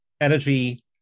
Energy